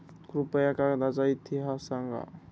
कृपया कागदाचा इतिहास सांगा